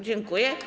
Dziękuję.